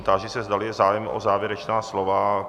Táži se, zdali je zájem o závěrečná slova.